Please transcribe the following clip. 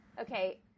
Okay